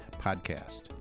Podcast